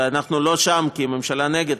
ואנחנו לא שם כי הממשלה נגד,